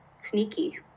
sneaky